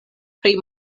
pri